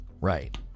Right